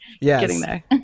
yes